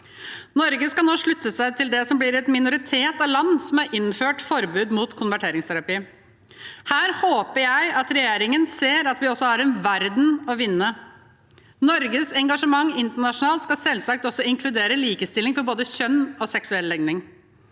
Norge skal nå slutte seg til det som er en minoritet av land som har innført forbud mot konverteringsterapi. Jeg håper at regjeringen ser at vi også har en verden å vinne. Norges engasjement internasjonalt skal selvsagt også inkludere likestilling for både kjønn og seksuell legning.